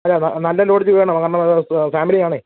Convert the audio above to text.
അല്ല നല്ല ലോഡ്ജ് വേണം നമ്മൾ അത് ഫാമിലി ആണേ